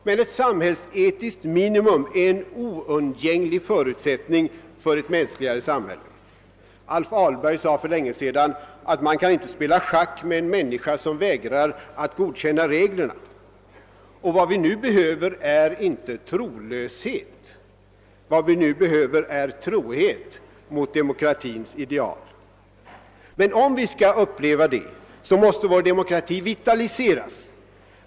Men ett samhällsetiskt minimum är en oundgänglig förutsättning för ett mänskligare samhälle. Alf Ahlberg sade för länge sedan att man inte kan spela schack med en människa som vägrar att godkänna reglerna. Vad vi nu behöver är inte trolöshet, vad vi nu behöver är trohet mot demokratins ideal, men om vi skall uppleva det måste vår demokrati vitaliseras.